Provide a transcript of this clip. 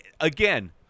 again